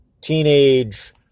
teenage